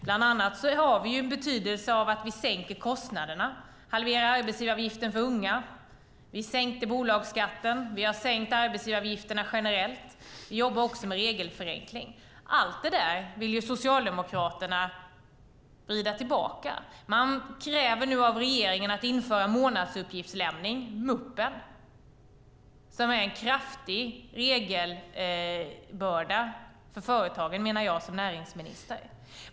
Bland annat har det betydelse att vi sänker kostnaderna och halverar arbetsgivaravgiften för unga. Vi sänkte bolagsskatten, och vi har sänkt arbetsgivaravgifterna generellt. Vi jobbar också med regelförenkling. Allt detta vill Socialdemokraterna vrida tillbaka. Man kräver nu av regeringen att införa månadsuppgiftslämning, muppen, som är en kraftig regelbörda för företagen, menar jag som näringsminister.